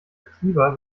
aktiver